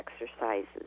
exercises